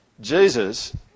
Jesus